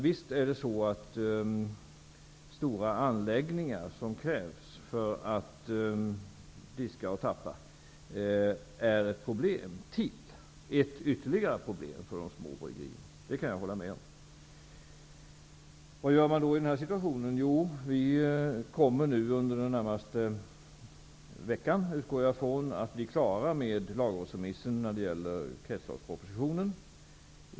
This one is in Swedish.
Det är riktigt att de stora anläggningar som krävs för att diska och tappa är ett ytterligare problem för de små bryggerierna -- det kan jag hålla med om. Vad gör man då i den situationen? Jo, vi kommer under den närmaste veckan -- jag utgår från det -- att bli klara med lagrådsremissen när det gäller kretsloppspropositionen.